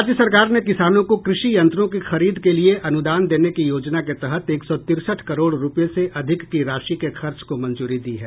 राज्य सरकार ने किसानों को कृषि यंत्रों की खरीद के लिए अनुदान देने की योजना के तहत एक सौ तिरसठ करोड़ रूपये से अधिक की राशि के खर्च को मंजूरी दी है